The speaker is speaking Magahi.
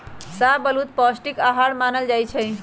शाहबलूत पौस्टिक अहार मानल जाइ छइ